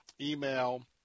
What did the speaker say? email